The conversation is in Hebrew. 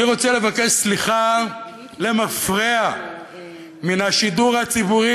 אני רוצה לבקש סליחה למפרע מן השידור הציבורי,